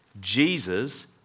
Jesus